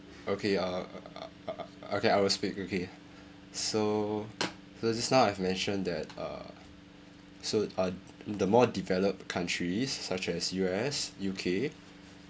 okay uh uh uh okay I will speak okay so so just now I've mentioned that uh so uh the more developed countries such as U_S U_K